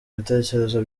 ibitekerezo